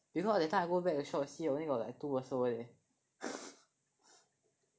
because that time I go back the shop see only got like two also leh